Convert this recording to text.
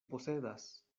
posedas